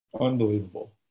Unbelievable